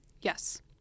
Yes